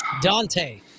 Dante